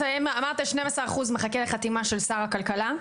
אמרת 12% מחכה לחתימה של שר הכלכלה?